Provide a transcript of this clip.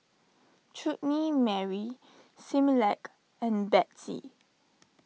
Chutney Mary Similac and Betsy